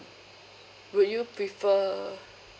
would you prefer